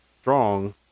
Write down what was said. strong